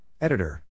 editor